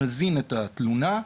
מזין את התלונה,